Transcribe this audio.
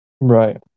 Right